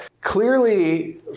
clearly